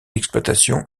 exploitation